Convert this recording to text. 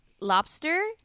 lobster